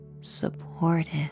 supportive